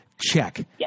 check